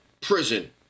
prison